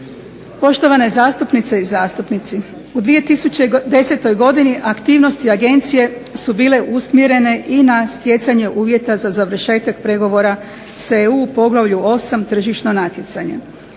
Poštovane zastupnice i zastupnici, u 2010. godini aktivnosti agencije su bile usmjerene i na stjecanje uvjeta za završetak pregovora s EU poglavlju 8.-Tržišno natjecanje,